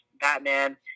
Batman